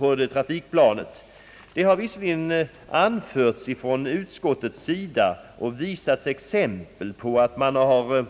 Utskottet har visserligen hänvisat till